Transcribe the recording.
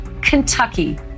Kentucky